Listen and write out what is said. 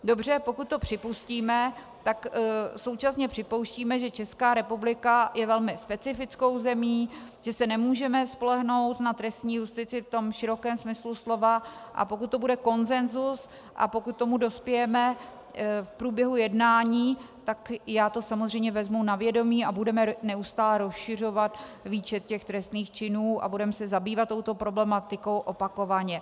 Dobře, pokud to připustíme, tak současně připouštíme, že Česká republika je velmi specifickou zemí, že se nemůžeme spolehnout na trestní justici v tom širokém smyslu slova, a pokud to bude konsensus a pokud k tomu dospějeme v průběhu jednání, tak já to samozřejmě vezmu na vědomí a budeme neustále rozšiřovat výčet těch trestných činů a budeme se zabývat touto problematikou opakovaně.